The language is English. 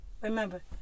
remember